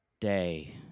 Day